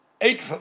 eight